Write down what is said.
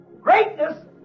Greatness